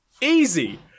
Easy